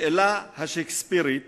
השאלה השייקספירית